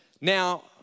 now